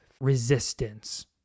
resistance